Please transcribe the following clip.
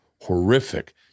Horrific